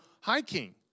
hiking